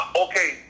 Okay